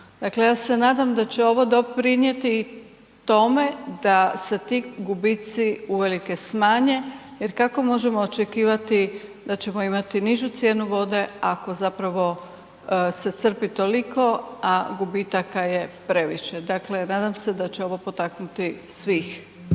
Dakle ja se nadam da će ovo doprinijeti tome da se ti gubici uvelike smanje, jer kako možemo očekivati da ćemo imati nižu cijenu vode ako zapravo se crpi toliko, a gubitaka je previše. Dakle, nadam se da će ovo potaknuti svih.